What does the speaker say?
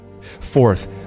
Fourth